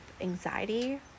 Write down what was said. anxiety